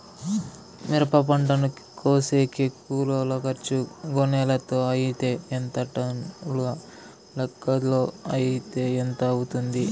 మిరప పంటను కోసేకి కూలోల్ల ఖర్చు గోనెలతో అయితే ఎంత టన్నుల లెక్కలో అయితే ఎంత అవుతుంది?